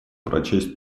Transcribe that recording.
прочесть